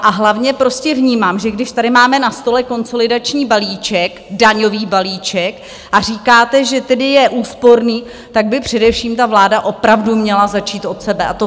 A hlavně vnímám, že když tady máme na stole konsolidační balíček, daňový balíček a říkáte, že tedy je úsporný, tak by především ta vláda opravdu měla začít od sebe.